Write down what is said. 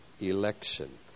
election